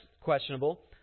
questionable